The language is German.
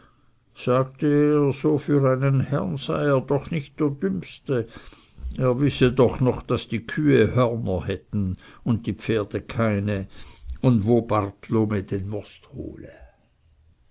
sagte er so für einen herrn sei er noch nicht der dümmste er wisse doch noch daß die kühe hörner hätten und die pferde keine und wo bartlome most hole